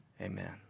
amen